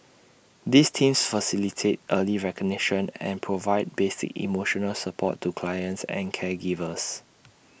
these teams facilitate early recognition and provide basic emotional support to clients and caregivers